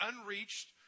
unreached